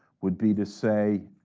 would be to say,